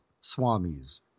Swami's